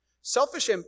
Selfish